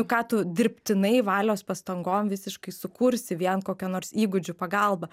ką tu dirbtinai valios pastangom visiškai sukursi vien kokia nors įgūdžių pagalba